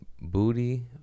booty